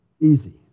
easy